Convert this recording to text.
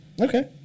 Okay